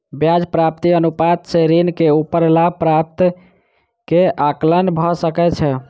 ब्याज व्याप्ति अनुपात सॅ ऋण के ऊपर लाभ प्राप्ति के आंकलन भ सकै छै